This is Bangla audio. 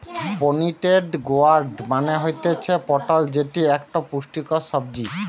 পোনিটেড গোয়ার্ড মানে হতিছে পটল যেটি একটো পুষ্টিকর সবজি